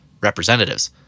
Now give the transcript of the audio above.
representatives